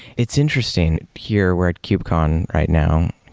it's interesting. here, we're at cube-con right now.